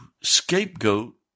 scapegoat